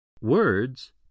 Words